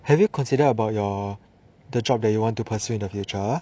have you considered about your the job that you want to persue in the future